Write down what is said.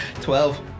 Twelve